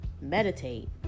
meditate